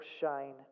shine